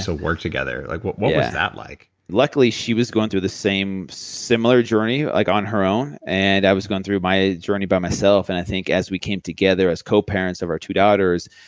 so work together. like what what was that like? luckily, she was going through the same similar journey, like on her own and i was going through my journey by myself. and i think as we came together as co-parents of our two daughters,